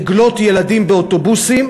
עגלות ילדים באוטובוסים,